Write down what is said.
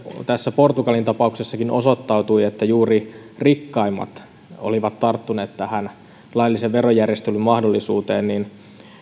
tässä portugalin tapauksessakin osoittautui että juuri rikkaimmat olivat tarttuneet tähän laillisen verojärjestelyn mahdollisuuteen niin